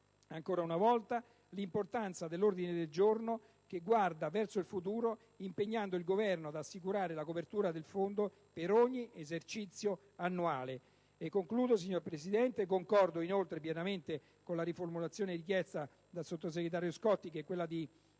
ancora una volta l'importanza dell'ordine del giorno, che guarda verso il futuro impegnando il Governo ad assicurare la copertura del Fondo per ogni esercizio annuale. Concordo, inoltre, pienamente con la riformulazione richiesta dal sottosegretario Scotti, recepita